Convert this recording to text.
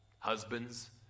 Husbands